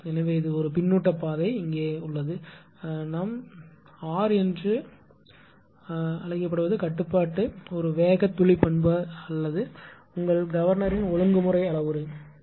எனவே ஒரு பின்னூட்ட பாதை இங்கே வைக்கப்படுகிறது நாங்கள் R என்று அழைக்கும் கட்டுப்பாடு ஒரு வேக துளி பண்பு அல்லது உங்கள் கவர்னரின் ஒழுங்குமுறை அளவுரு என்று நீங்கள் அழைப்பது தான்